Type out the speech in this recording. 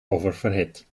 oververhit